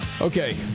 Okay